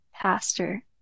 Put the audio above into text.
pastor